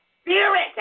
spirit